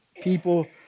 people